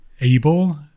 able